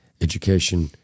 education